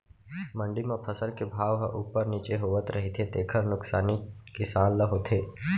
मंडी म फसल के भाव ह उप्पर नीचे होवत रहिथे तेखर नुकसानी किसान ल होथे